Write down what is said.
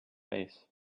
face